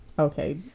Okay